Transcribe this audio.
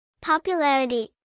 Popularity